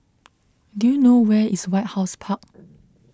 do you know where is White House Park